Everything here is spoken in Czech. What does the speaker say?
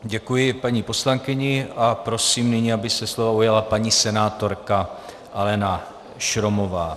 Děkuji paní poslankyni a prosím nyní, aby se slova ujala paní senátorka Alena Šromová.